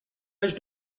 âge